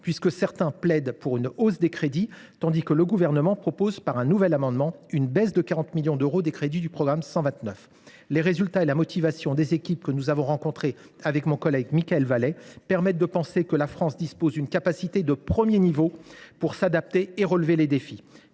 d’entre eux plaident pour une hausse des crédits, tandis que le Gouvernement propose, par un nouvel amendement, une baisse de 40 millions d’euros des crédits du programme 129. Les résultats et la motivation des équipes que nous avons rencontrées, avec mon collègue Mickaël Vallet, permettent de penser que la France dispose d’une capacité de premier niveau pour s’adapter et relever les défis.